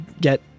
get